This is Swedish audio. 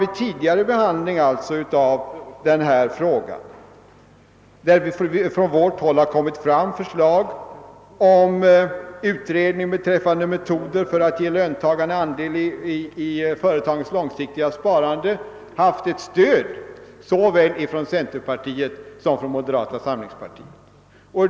Vi har vid behandlingen av våra tidigare framlagda förslag om utredning beträffande metoderna för att ge löntagarna andel i företagens långsiktiga sparände haft ett stöd från såväl centerpartiet som moderata samlingspartiet.